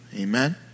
amen